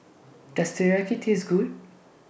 Does Teriyaki Taste Good